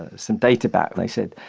ah some data back and i said,